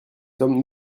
sommes